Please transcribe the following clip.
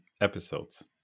episodes